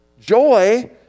Joy